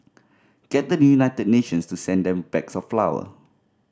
get the United Nations to send them bags of flour